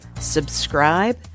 subscribe